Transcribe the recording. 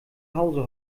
hause